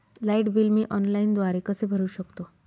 Light bill मी ऑनलाईनद्वारे कसे भरु शकतो?